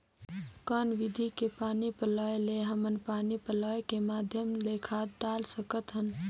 कौन विधि के पानी पलोय ले हमन पानी पलोय के माध्यम ले खाद डाल सकत हन?